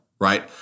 right